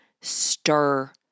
stir